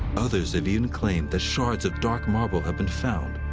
others have even claimed that shards of dark marble have been found.